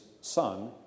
son